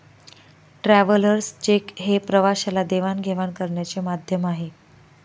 travellers cheque हे प्रवाशाला देवाणघेवाण करण्याचे माध्यम आहे